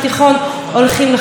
שמתוקן כאן היום,